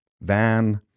van